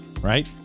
right